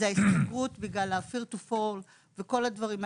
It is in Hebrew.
זו ההסתגרות בגלל ה- Fear to fall וכל הדברים האלה,